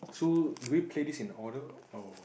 so do we play this in order or